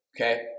Okay